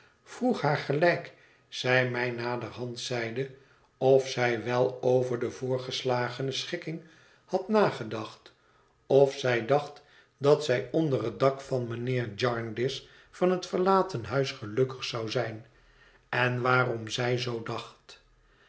haar gelijk zij mij naderhand zeide of zij wel over de voorgeslagene schikking had nagedacht of zij dacht dat zij onder het dak van mijnheer jarndyce van het verlaten huis gelukkig zou zijn en waarom zij zoo dacht